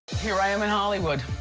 here i am in hollywood.